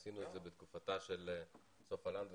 עשינו את זה בתקופתה של סופה לנדבר